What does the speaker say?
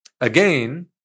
Again